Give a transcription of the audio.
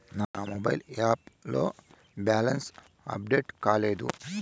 నా mobile app లో balance update కాలేదు